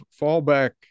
fallback